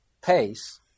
pace